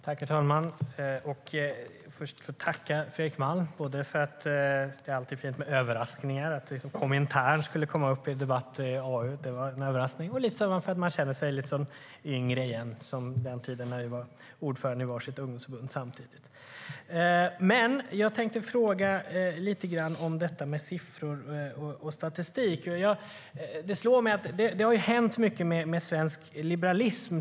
Herr talman! Jag vill tacka Fredrik Malm för det är alltid fint med överraskningar. Att Komintern skulle komma upp i en arbetsmarknadspolitisk debatt var en överraskning. Jag vill också tacka honom för att han får mig att känna mig yngre, som på den tiden när vi var ordförande i våra respektive ungdomsförbund. Jag tänkte fråga lite grann om siffror och statistik. Det har hänt mycket med svensk liberalism.